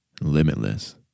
limitless